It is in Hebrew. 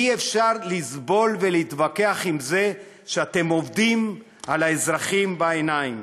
אי-אפשר לסבול ולהתווכח עם זה שאתם עובדים על האזרחים בעיניים.